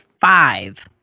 five